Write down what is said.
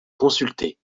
consultés